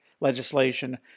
legislation